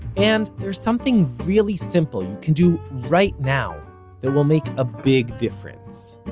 and there's something really simple you can do right now that will make a big difference.